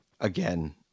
Again